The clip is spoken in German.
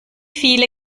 viele